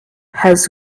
has